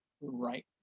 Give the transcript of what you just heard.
Right